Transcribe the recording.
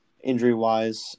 injury-wise